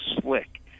slick